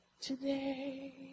today